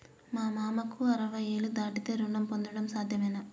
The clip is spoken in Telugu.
మా మామకు అరవై ఏళ్లు దాటితే రుణం పొందడం సాధ్యమేనా?